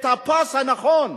את הפס הנכון,